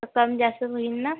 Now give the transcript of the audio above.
रक्कम जास्त होईल ना